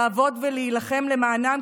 לעבוד ולהילחם למענם,